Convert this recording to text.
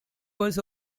was